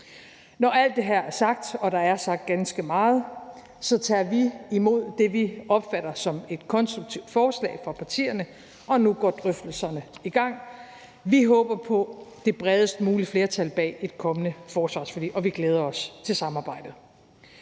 Når alt det her sagt, og der er sagt ganske meget, så tager vi imod det, som vi opfatter som et konstruktivt forslag fra partierne, og nu går drøftelserne i gang. Vi håber på det bredest mulige flertal bag et kommende forsvarsforlig, og vi glæder os til samarbejdet.